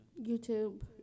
YouTube